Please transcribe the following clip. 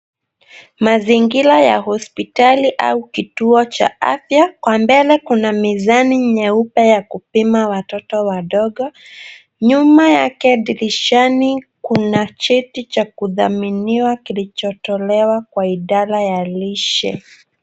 Mazingira ya hospitali au kituo cha afya. Kwa mbele kuna mizani nyeupe ya kupima watoto wadogo. Nyuma yake dirishani kuna cheti cha kudhaminiwa kilichotolewa kwa idara ya lishe.